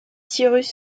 cyrus